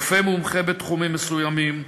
רופא מומחה בתחומים מסוימים,